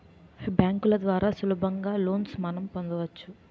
బ్యాంకుల ద్వారా సులభంగా లోన్స్ మనం పొందవచ్చు